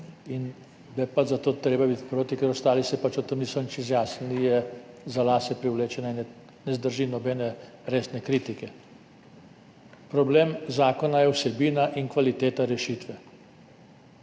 in da je pač zato treba biti proti, ker se ostali pač o tem niso nič izjasnili, je za lase privlečena in ne zdrži nobene resne kritike. Problem zakona je vsebina in kvaliteta rešitve.